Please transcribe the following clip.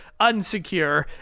unsecure